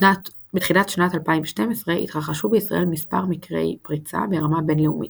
בתחילת שנת 2012 התרחשו בישראל מספר מקרי פריצה ברמה בינלאומית.